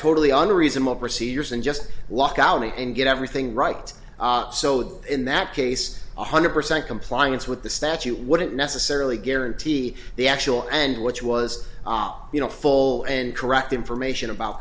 totally unreasonable procedures and just walk out and get everything right so in that case one hundred percent compliance with the statute wouldn't necessarily guarantee the actual and which was you know full and correct information about